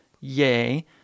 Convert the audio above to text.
Yay